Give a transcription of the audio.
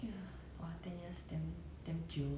ya